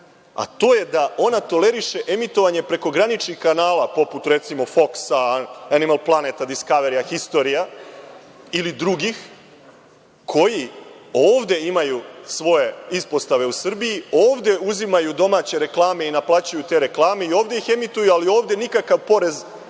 a to je da ona toleriše emitovanje prekograničnih kanala, poput, recimo, Foksa, Animal planeta, Diskaverija, Historija ili drugih, koji ovde imaju svoje ispostave u Srbiji, ovde uzimaju domaće reklame i naplaćuju te reklame i ovde ih emituju, ali ovde nikakav porez